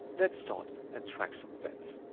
let's start and track some events.